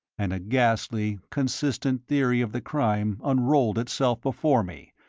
and a ghastly, consistent theory of the crime unrolled itself before me,